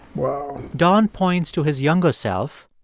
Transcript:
wow. don points to his younger self,